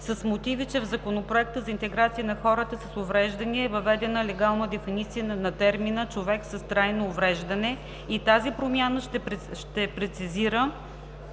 с мотиви, че в Закона за интеграция на хората с увреждания е въведена легална дефиниция на термина „човек с трайно увреждане“ и тази промяна ще прецизира